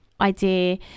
idea